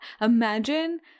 Imagine